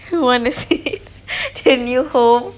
you want to see the new home